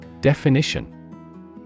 Definition